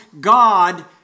God